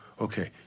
okay